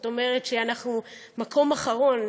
זאת אומרת שאנחנו במקום האחרון,